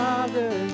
Father